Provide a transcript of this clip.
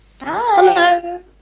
Hello